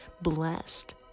blessed